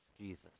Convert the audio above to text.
Jesus